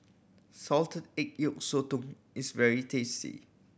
salted egg yolk sotong is very tasty